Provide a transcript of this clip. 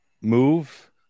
move